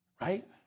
Right